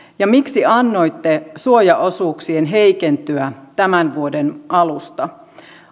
ja miksi annoitte suojaosuuksien heikentyä tämän vuoden alusta